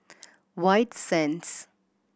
White Sands